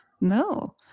No